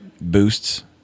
boosts